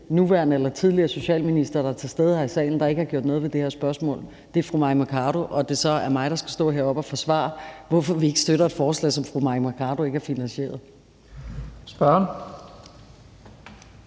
nuværende eller tidligere socialminister, der er til stede her i salen, der ikke har gjort noget ved det her spørgsmål, er fru Mai Mercado, og at det så er mig, der skal stå heroppe og forsvare, hvorfor vi ikke støtter et forslag, som fru Mai Mercado ikke har finansieret. Kl.